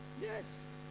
Yes